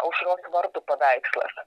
aušros vartų paveikslas